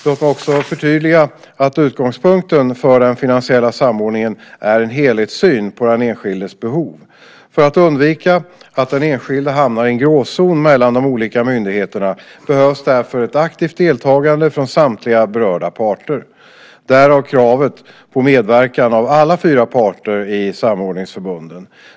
Låt mig också förtydliga att utgångspunkten för den finansiella samordningen är en helhetssyn på den enskildes behov. För att undvika att den enskilde hamnar i en gråzon mellan de olika myndigheterna behövs därför ett aktivt deltagande från samtliga berörda parter - därav kravet på medverkan av alla fyra parter i samordningsförbunden.